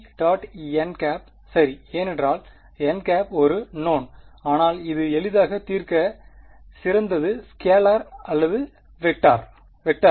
n சரி ஏனென்றால் n ஒரு நோவ்ன் ஆனால் எது எளிதாக தீர்க்க சிறந்தது ஸ்கேலார் அல்லது வெக்டரா